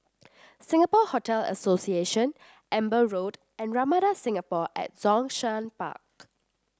Singapore Hotel Association Amber Road and Ramada Singapore at Zhongshan Park